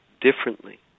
differently